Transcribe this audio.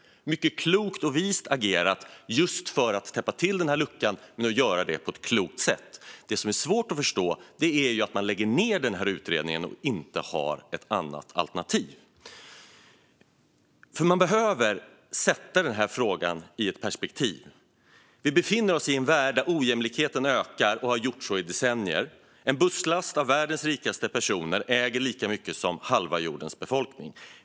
Det var ett klokt agerande för att just täppa till detta hål. Det som är svårt att förstå är att regeringen lägger ned denna utredning utan att ha ett alternativ. Man behöver sätta frågan i ett perspektiv. Vi befinner oss i en värld där ojämlikheten ökar och har gjort så i decennier. En busslast med världens rikaste personer äger lika mycket som halva jordens befolkning.